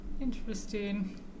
Interesting